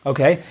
Okay